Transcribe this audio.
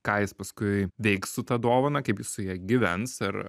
ką jis paskui veiks su ta dovana kaip jis su ja gyvens ar